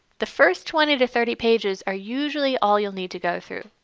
the first twenty to thirty pages are usually all you'll need to go through,